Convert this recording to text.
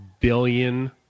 billion